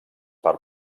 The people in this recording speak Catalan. per